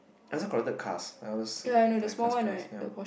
I also collected cars like all those diecast cars ya